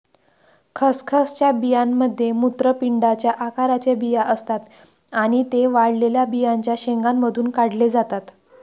खसखसच्या बियांमध्ये मूत्रपिंडाच्या आकाराचे बिया असतात आणि ते वाळलेल्या बियांच्या शेंगांमधून काढले जातात